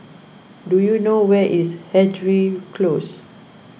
do you know where is Hendry Close